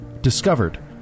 discovered